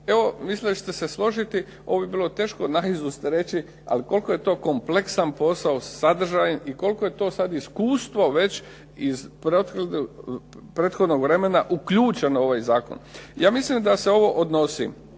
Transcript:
Evo mislim da ćete se složiti. Ovo je bilo naizust reći ali koliko je to kompleksan posao sadržajan i koliko je to sada iskustvo već iz prethodnog vremena uključeno u ovaj zakon. Ja mislim da se ovo odnosi